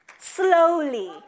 Slowly